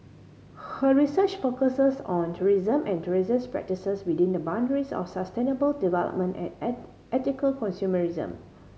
her research focuses on tourism and tourism's practices within the boundaries of sustainable development and ethical consumerism